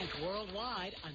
worldwide